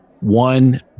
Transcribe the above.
One